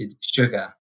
sugar